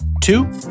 Two